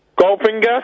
Goldfinger